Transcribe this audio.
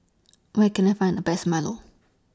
Where Can I Find The Best Milo